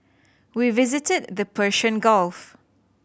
we visited the Persian Gulf